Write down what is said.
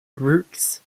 roots